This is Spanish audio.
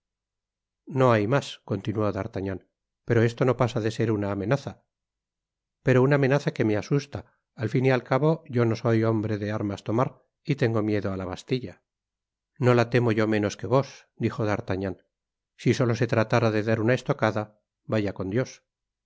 no hay mas continuó d'artagnan pero esto no pasa de ser una amenaza pero una amenaza que me asusta al fin y al cabo yo no soy hombre de armas tomar y tengo miedo á la bastilla no la temo yo menos que vos dijo d'artagnan si solo se tratara de dar una estocada vaya con dios